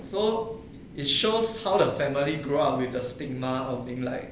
so it shows how the family grow up with the stigma of being like